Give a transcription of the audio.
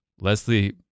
Leslie